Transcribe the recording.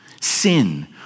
Sin